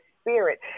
spirit